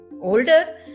older